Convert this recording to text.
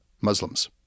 Muslims